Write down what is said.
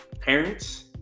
parents